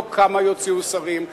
לא כמה יוציאו שרים,